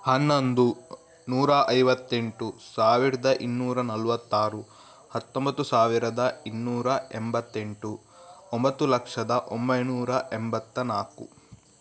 ಹನ್ನೊಂದು ನೂರ ಐವತ್ತೆಂಟು ಸಾವಿರದ ಇನ್ನೂರ ನಲ್ವತ್ತಾರು ಹತ್ತೊಂಬತ್ತು ಸಾವಿರದ ಇನ್ನೂರ ಎಂಬತ್ತೆಂಟು ಒಂಬತ್ತು ಲಕ್ಷದ ಒಂಬೈನೂರ ಎಂಬತ್ತ ನಾಲ್ಕು